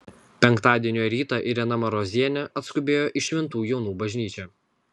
penktadienio rytą irena marozienė atskubėjo į šventų jonų bažnyčią